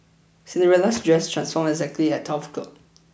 Cinderella's dress transformed exactly at twelve o'clock